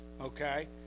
Okay